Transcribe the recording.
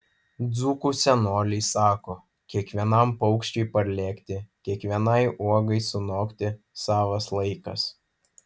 dzūkų senoliai sako kiekvienam paukščiui parlėkti kiekvienai uogai sunokti savas laikas